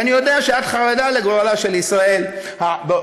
כי אני יודע שאת חרדה לגורלה של ישראל בעתיד,